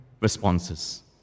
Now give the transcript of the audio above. responses